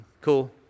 Cool